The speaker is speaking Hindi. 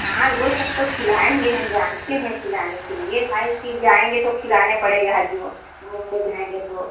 हाँ वो सब तो खिलाएँगे हम जानते हैं खिलाने के लिए भाई कि जाएँगे तो खिलाना पड़ेगा हई हो घूमने जाएँगे तो